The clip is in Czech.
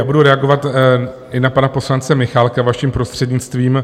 Budu reagovat i na pana poslance Michálka, vaším prostřednictvím.